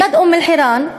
ליד אום-אלחיראן,